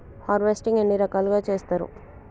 Harvesting ఎన్ని రకాలుగా చేస్తరు?